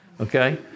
okay